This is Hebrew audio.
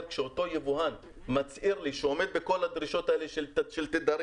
שאותו יבואן שמצהיר לי שהוא עומד בכל הדרישות האלה של תדרים,